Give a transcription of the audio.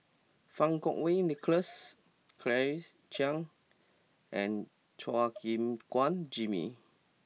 Fang Kuo Wei Nicholas Claire Chiang and Chua Gim Guan Jimmy